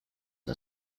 are